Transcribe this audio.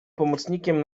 pomocnikiem